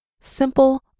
simple